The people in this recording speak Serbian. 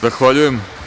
Zahvaljujem.